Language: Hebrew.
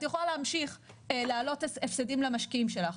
את יכולה להמשיך להעלות הפסדים למשקיעים שלך.